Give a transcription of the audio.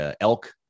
elk